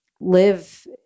live